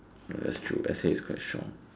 that's true let's say it's quite strong